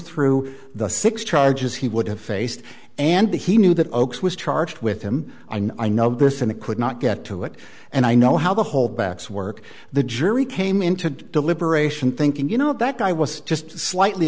through the six charges he would have faced and he knew that oakes was charged with him i know i know this and it could not get to it and i know how the whole backs work the jury came into deliberation thinking you know that i was just slightly